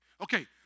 Okay